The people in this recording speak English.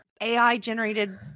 AI-generated